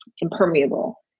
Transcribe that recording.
impermeable